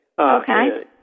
Okay